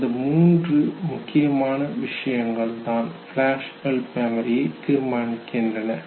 அந்த மூன்று முக்கியமான விஷயங்கள்தான் ஃபிளாஷ்பல்ப் மெமரியை தீர்மானிக்கின்றன